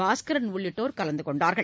பாஸ்கரன் உள்ளிட்டோர் கலந்து கொண்டனர்